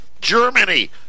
Germany